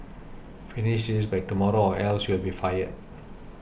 finish this by tomorrow or else you'll be fired